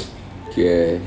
K